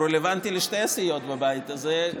הוא רלוונטי לשתי הסיעות בבית הזה,